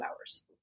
hours